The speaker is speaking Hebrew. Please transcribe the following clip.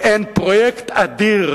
מעין פרויקט אדיר,